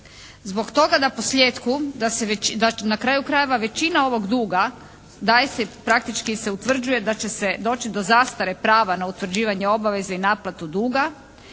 poslijetku na kraju krajeva većina ovog duga daje se praktički se utvrđuje da će se doći do zastare prava na utvrđivanje obaveza i naplatu duga